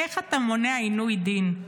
איך אתה מונע עינוי דין?